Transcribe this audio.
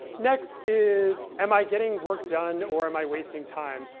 next is, am i getting work done, or am i wasting time?